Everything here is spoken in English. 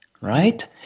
Right